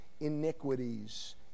iniquities